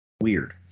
weird